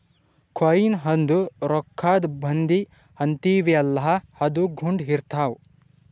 coin ಅಂದುರ್ ರೊಕ್ಕಾದು ಬಂದಿ ಅಂತೀವಿಯಲ್ಲ ಅದು ಗುಂಡ್ ಇರ್ತಾವ್